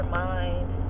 mind